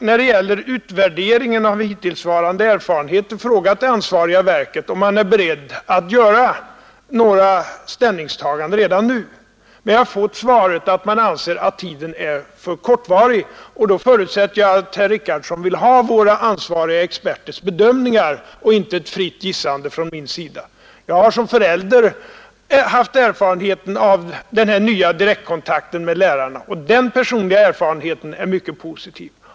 När det gäller utvärderingen av hittillsvarande erfarenheter har jag fragat det ansvariga verket om man är beredd att redan nu göra ett ställningstagande. Jag har fätt till svar att man anser tiden för kort. Då förutsätter jag avt herr Richardson vill ha vara experters bedömningar och inte ett fritt gissande från min sida. Jag har som förälder haft erfarenhet av den nya direktkontakten med lärarna, och denna personliga erfarenhet är mycket positiv.